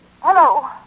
Hello